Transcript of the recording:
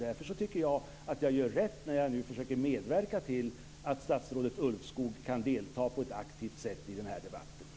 Därför tycker jag att jag gör rätt när jag försöker medverka till att statsrådet Ulvskog på ett aktivt sätt kan delta i den här debatten.